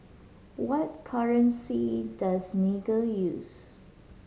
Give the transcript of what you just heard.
what currency does Niger use